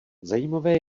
zajímavé